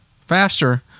Faster